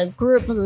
group